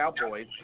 Cowboys